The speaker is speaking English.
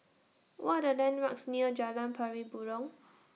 What Are The landmarks near Jalan Pari Burong